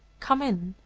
come in!